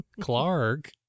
Clark